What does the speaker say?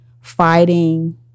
fighting